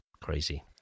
crazy